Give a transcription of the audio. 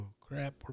crap